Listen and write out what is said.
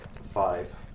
five